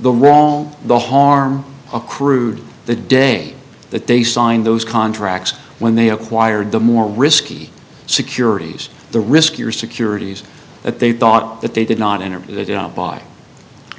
the roam the harm accrued the day that they signed those contracts when they acquired the more risky securities the riskier securities that they thought that they did not enter they did not buy